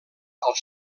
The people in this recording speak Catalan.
als